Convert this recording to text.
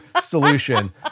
solution